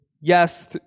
yes